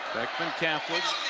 beckman catholic